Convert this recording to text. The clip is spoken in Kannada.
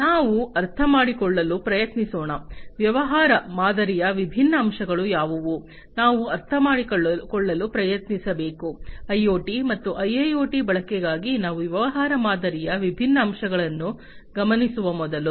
ಈಗ ನಾವು ಅರ್ಥಮಾಡಿಕೊಳ್ಳಲು ಪ್ರಯತ್ನಿಸೋಣ ವ್ಯವಹಾರ ಮಾದರಿಯ ವಿಭಿನ್ನ ಅಂಶಗಳು ಯಾವುವು ನಾವು ಅರ್ಥಮಾಡಿಕೊಳ್ಳಲು ಪ್ರಯತ್ನಿಸಬೇಕು ಐಒಟಿ ಮತ್ತು ಐಐಒಟಿ ಬಳಕೆಗಾಗಿ ನಾವು ವ್ಯವಹಾರ ಮಾದರಿಯ ವಿಭಿನ್ನ ಅಂಶಗಳನ್ನು ಗಮನಿಸುವ ಮೊದಲು